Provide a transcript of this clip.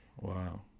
Wow